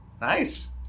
Nice